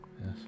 Yes